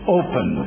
open